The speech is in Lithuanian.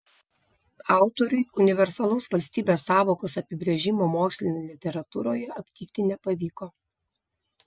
autoriui universalaus valstybės sąvokos apibrėžimo mokslinėje literatūroje aptikti nepavyko